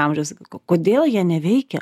amžiaus kodėl jie neveikia